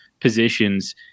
positions